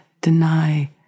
deny